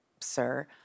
sir